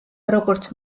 როგორც